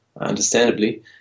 understandably